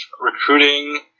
recruiting